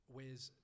Whereas